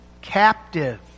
captive